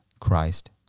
Christ